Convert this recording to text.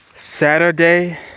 saturday